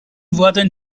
wurden